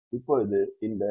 இப்போது இந்த 2 1 0 இருக்கும்